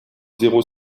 zéro